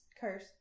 curse